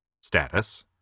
Status